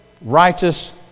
righteous